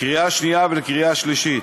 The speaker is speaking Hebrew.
לקריאה השנייה ולקריאה השלישית.